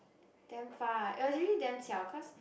damn far eh it was really damn qiao cause